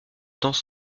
temps